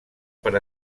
per